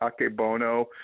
Akebono